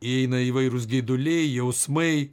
įeina įvairūs geiduliai jausmai